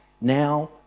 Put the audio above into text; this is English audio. now